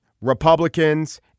Republicans